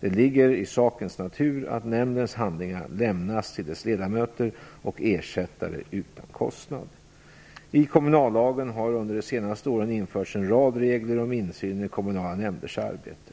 Det ligger i sakens natur att nämndens handlingar lämnas till dess ledamöter och ersättare utan kostnad. I kommunallagen har under de senaste åren införts en rad regler om insynen i kommunala nämnders arbete.